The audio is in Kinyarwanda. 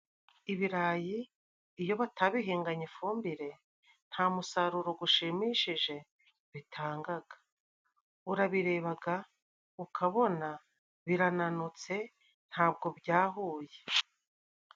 Ibirayi iyo batabihinganye ifumbire nta musaruro gushimishije bitangaga, urabirebaga ukabona birananutse ntabwo byahuye.